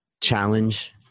challenge